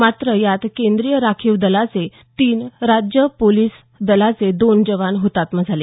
मात्र यात केंद्रीय राखीव पोलिस दलाचे तीन तर राज्य पोलिस दलाचे दोन जवान हतात्मा झाले